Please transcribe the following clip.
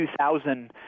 2000